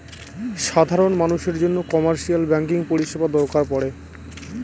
সাধারন মানুষের জন্য কমার্শিয়াল ব্যাঙ্কিং পরিষেবা দরকার পরে